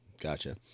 gotcha